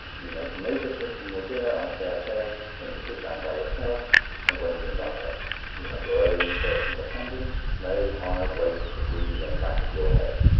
you make no difference in your dinner, i dare say, when you sit down by yourself and when you invite us. you have your own personal attendant no hired waiter to breathe on the back of your head.